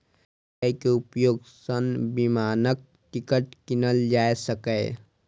UPI के उपयोग सं विमानक टिकट कीनल जा सकैए